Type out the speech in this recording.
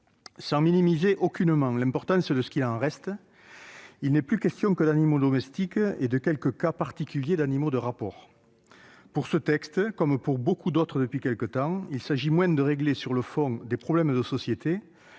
Sans minimiser aucunement l'importance de ce qu'il en reste, j'observe qu'il n'est plus question que d'animaux domestiques et de quelques cas particuliers d'animaux de rapport. Pour ce texte, comme pour beaucoup d'autres depuis quelque temps, il s'agit moins de régler sur le fond des problèmes de société